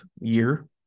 year